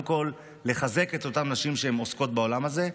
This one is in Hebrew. כול כדי לחזק את כל הנשים שעוסקות בעולם הזה,